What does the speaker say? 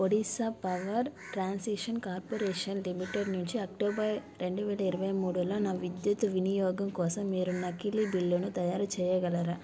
Odisha power transition corporation limited నుంచి October రెండు వేల ఇరవై మూడులో నా విద్యుత్ వినియోగం కోసం మీరు నకిలీ బిల్లును తయారు చేయగలరా